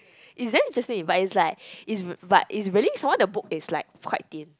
it's damn interesting but it's like it's but it's really some more the book is like quite thin